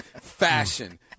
fashion